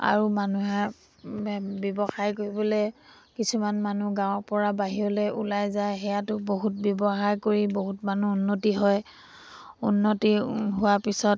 আৰু মানুহে ব্যৱসায় কৰিবলৈ কিছুমান মানুহ গাঁৱৰপৰা বাহিৰলৈ ওলাই যায় সেয়াতো বহুত ব্যৱসায় কৰি বহুত মানুহ উন্নতি হয় উন্নতি হোৱাৰ পিছত